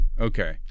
Okay